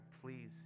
please